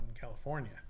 California